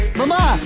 mama